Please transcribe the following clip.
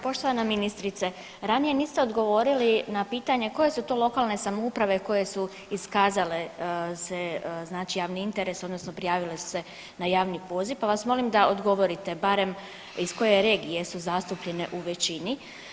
Poštovana ministrice, ranije niste odgovorili na pitanje koje su to lokalne samouprave koje su iskazale se znači javni interes odnosno prijavile su se na javni poziv pa vas molim da odgovorite barem iz koje regije su zastupljene u većini.